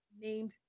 named